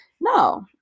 No